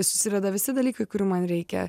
susideda visi dalykai kurių man reikia